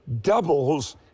doubles